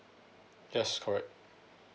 yes correct